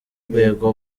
rwego